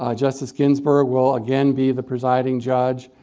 ah justice ginsberg will again be the presiding judge.